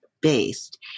based